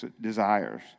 desires